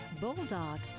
bulldog